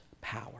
power